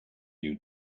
you